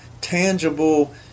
tangible